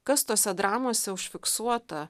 kas tose dramose užfiksuota